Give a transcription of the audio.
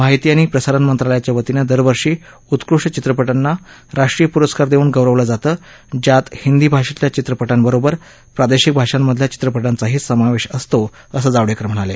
माहिती आणि प्रसारण मंत्रालयच्या वतीनं दरवर्षी उत्कृष्ट चित्रपटांना राष्ट्रीय पुरस्कार देऊन गौरवलं जातं ज्यात हिंदी भाषेतल्या चित्रपटांबरोबर प्रादेशिक भाषांमधल्या चित्रपटांचाही समावेश असतो असं जावडेकर म्हणाले